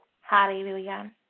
Hallelujah